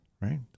right